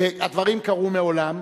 הדברים קרו מעולם.